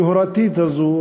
היהירה הזאת,